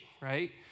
right